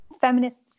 Feminists